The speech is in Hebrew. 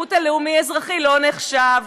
השירות הלאומי-אזרחי לא נחשב,